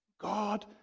God